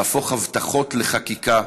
להפוך הבטחות לחקיקה,